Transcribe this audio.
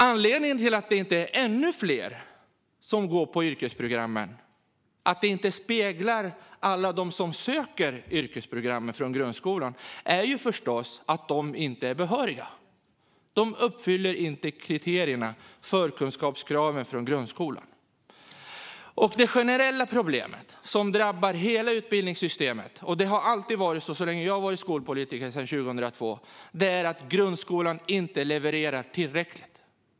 Anledningen till att det inte är ännu fler som går på yrkesprogrammen och att det inte speglar alla som söker yrkesprogrammen från grundskolan är förstås att de inte är behöriga. De uppfyller inte kriterierna och förkunskapskraven från grundskolan. Det generella problemet, som drabbar hela utbildningssystemet, är att grundskolan inte levererar tillräckligt. Så har det varit så länge jag har varit skolpolitiker, sedan 2002.